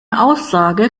aussage